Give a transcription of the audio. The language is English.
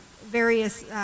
various